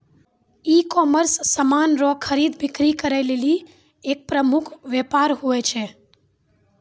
ecommerce समान रो खरीद बिक्री करै लेली एक प्रमुख वेपार हुवै छै